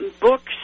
books